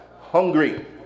hungry